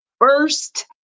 first